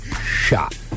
shot